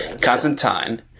Constantine